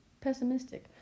pessimistic